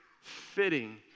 fitting